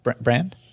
brand